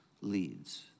leads